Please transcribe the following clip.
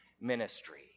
ministry